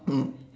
mm